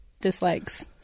dislikes